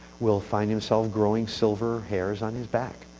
will find himself growing silver hairs on his back